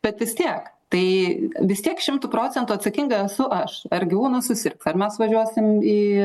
bet vis tiek tai vis tiek šimtu procentų atsakinga esu aš ar gyvūnas susirgs ar mes važiuosim į